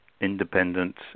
independent